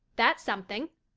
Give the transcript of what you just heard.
that's something.